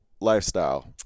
lifestyle